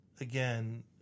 again